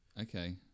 Okay